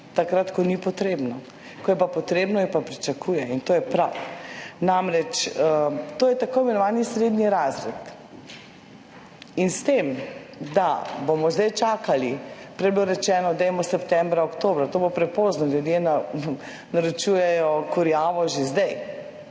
takrat, ko ni potrebno, ko je pa potrebno, jo pa pričakujejo in to je prav. Namreč, to je tako imenovani srednji razred. In s tem, da bomo zdaj čakali, prej je bilo rečeno, dajmo septembra, oktobra, to bo prepozno, ljudje naročujejo kurjavo že zdaj,